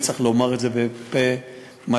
וצריך לומר את זה בפה מלא,